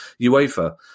UEFA